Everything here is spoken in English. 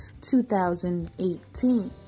2018